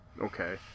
Okay